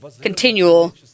continual